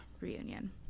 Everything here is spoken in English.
reunion